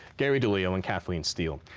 gary deleo, and kathleen steele.